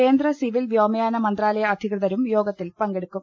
കേന്ദ്ര സിവിൽ വ്യോമയാന മന്ത്രാലയ അധി കൃതരും യോഗത്തിൽ പങ്കെടുക്കും